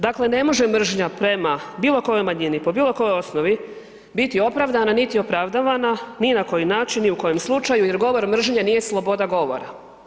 Dakle, ne može mržnja prema bilo kojoj manjini, po bilo kojoj osnovi biti opravdana, niti opravdavana ni na koji način, ni u kojem slučaju jer govor mržnje nije sloboda govora.